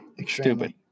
Stupid